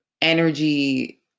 energy